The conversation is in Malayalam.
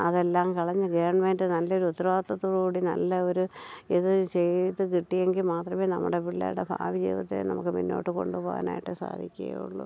അതെല്ലാം കളഞ്ഞു ഗവൺമെൻറ് നല്ല ഒരു ഉത്തരവാദത്തോടു കൂടി നല്ല ഒരു ഇത് ചെയ്തു കിട്ടിയെങ്കിൽ മാത്രമേ നമ്മുടെ പിള്ളേടെ ഭാവിജീവിതത്തെ നമുക്ക് മുന്നോട്ട് കൊണ്ടുപോകാനായിട്ട് സാധിക്കുകയുള്ളൂ